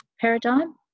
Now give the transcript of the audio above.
paradigm